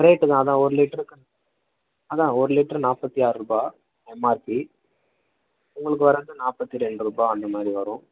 rate தான் அதான் ஒரு லிட்டருக்கு அதான் ஒரு லிட்ரு நாற்பத்தி ஆறு ரூபாய் எம்ஆர்பி உங்களுக்கு வர்றது நாற்பத்தி ரெண்டு ரூபாய் அந்த மாதிரி வரும்